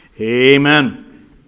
Amen